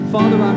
Father